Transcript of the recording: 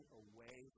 away